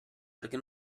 perquè